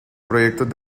proyectos